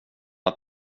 att